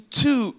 two